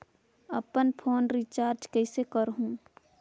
अपन phone recharge कइसे करहु?